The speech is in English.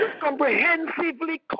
comprehensively